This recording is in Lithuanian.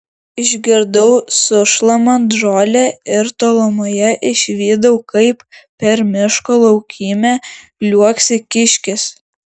išgirdau sušlamant žolę ir tolumoje išvydau kaip per miško laukymę liuoksi kiškis